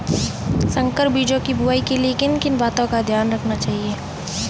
संकर बीजों की बुआई के लिए किन किन बातों का ध्यान रखना चाहिए?